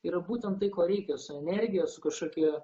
yra būtent tai ko reikia su energija su kažkokia